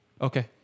Okay